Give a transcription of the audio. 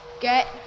get